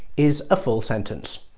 is a full sentence.